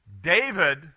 David